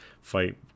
fight